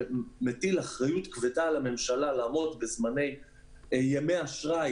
שמטיל אחריות כבדה על הממשלה לעמוד בזמני ימי האשראי,